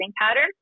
pattern